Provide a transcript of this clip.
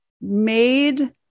made